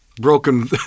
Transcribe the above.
broken